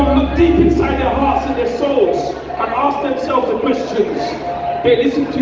deep inside their hearts and souls and ask themselves the questions they listen to